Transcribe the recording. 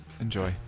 Enjoy